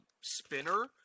spinner